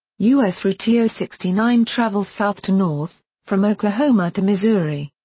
u s. route yeah ah sixty nine travels south to north, from oklahoma to missouri.